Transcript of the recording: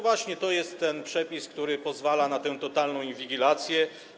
Właśnie to jest ten przepis, który pozwala na tę totalną inwigilację.